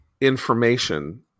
information